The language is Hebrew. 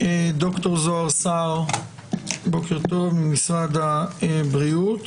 ד"ר זהר סהר ממשרד הבריאות,